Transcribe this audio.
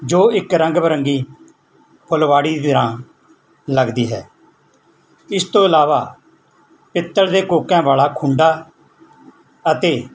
ਜੋ ਇੱਕ ਰੰਗ ਬਿਰੰਗੀ ਫੁਲਵਾੜੀ ਦੀ ਤਰਾਂ ਲੱਗਦੀ ਹੈ ਇਸ ਤੋਂ ਇਲਾਵਾ ਪਿੱਤਲ ਦੇ ਕੋਕਿਆਂ ਵਾਲਾ ਖੁੰਡਾ ਅਤੇ